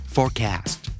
Forecast